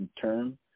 term